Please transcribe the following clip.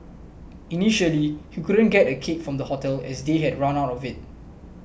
initially he couldn't get a cake from the hotel as they had run out of it